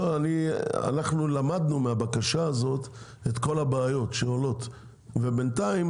לא אנחנו למדנו מהבקשה הזאת את כל הבעיות שעולות ובינתיים